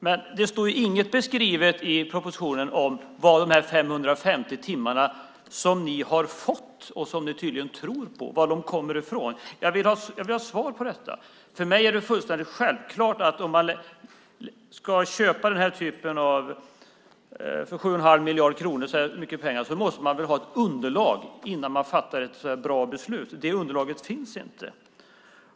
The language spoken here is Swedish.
Men det står ju inget i propositionen om var de 550 timmar som ni tydligen tror på kommer ifrån. Jag vill ha ett svar på detta. För mig är det fullständigt självklart att om man ska köpa något för 7 1⁄2 miljard kronor, som är mycket pengar, måste man väl ha ett underlag innan man kan fatta ett bra beslut. Det underlaget finns inte.